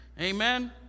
Amen